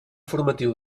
formatiu